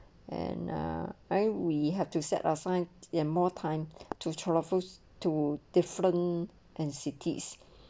and uh I we have to set aside more time to travel to different and cities